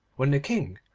when the king,